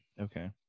Okay